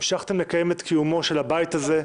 המשכתם לקיים את עבודתו של הבית הזה,